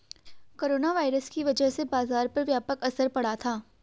corona virus की वजह से बाजार पर व्यापक असर पड़ा था